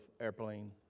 airplane